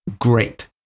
great